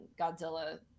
Godzilla